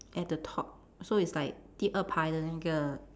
at the top so it's like 第二排的那个